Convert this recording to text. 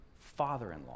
father-in-law